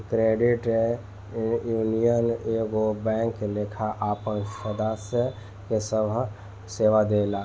credit union एगो bank लेखा आपन सदस्य के सभ सेवा देला